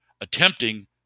attempting